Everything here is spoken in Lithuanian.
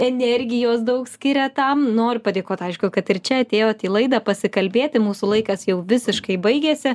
energijos daug skiriat tam noriu padėkot aišku kad ir čia atėjot į laidą pasikalbėti mūsų laikas jau visiškai baigėsi